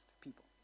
people